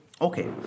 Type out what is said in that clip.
Okay